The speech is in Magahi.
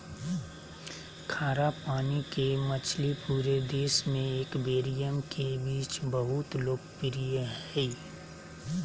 खारा पानी के मछली पूरे देश में एक्वेरियम के बीच बहुत लोकप्रिय हइ